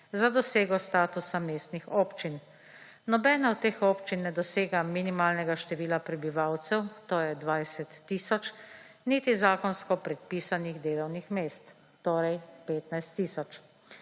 za dosego statusa mestnih občin. Nobena od teh občin ne dosega minimalnega števila prebivalcev, to je 20 tisoč, niti zakonsko predpisanih delovnih mest, torej 15 tisoč.